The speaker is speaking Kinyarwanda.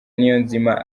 niyonzima